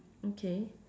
okay